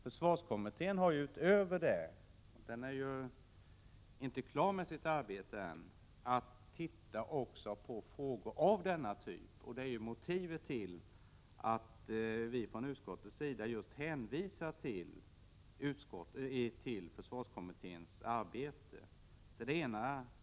Försvarskommittén har utöver detta — den 39 är inte klar med sitt arbete än — till uppgift att även se över frågor av denna typ, vilket är motivet till att vi från utskottets sida hänvisar till försvarskommitténs arbete.